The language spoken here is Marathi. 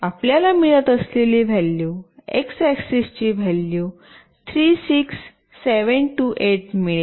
आपल्याला मिळत असलेली व्हॅल्यू एक्स ऍक्सेस ची व्हॅल्यू 36728 मिळेल